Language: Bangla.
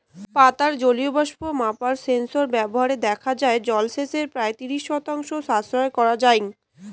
পাতার জলীয় বাষ্প মাপার সেন্সর ব্যবহারে দেখা যাই জলসেচের প্রায় ত্রিশ শতাংশ সাশ্রয় করাং যাই